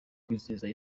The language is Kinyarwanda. kwizihiza